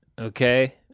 Okay